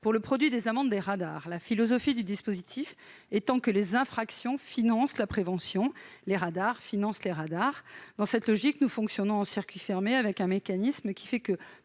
pour le produit des amendes des radars, la philosophie du dispositif étant que les infractions financent la prévention. Les radars financent les radars : dans cette logique, nous fonctionnons en circuit fermé, avec un mécanisme qui fait que